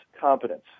competence